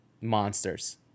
monsters